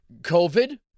COVID